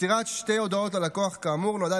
מסירת שתי הודעות ללקוח כאמור נועדה